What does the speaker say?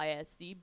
ISD